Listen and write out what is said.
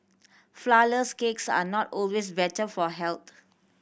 flourless cakes are not always better for health